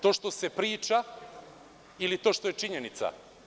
To što se priča ili to što je činjenica.